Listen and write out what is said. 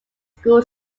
school